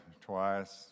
twice